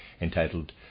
entitled